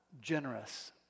generous